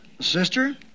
sister